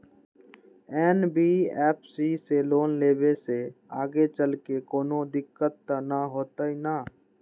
NBFC से loan लेबे से आगेचलके कौनो दिक्कत त न होतई न?